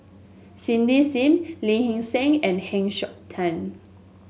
Cindy Sim Lee Hee Seng and Heng Siok Tian